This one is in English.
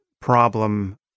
problem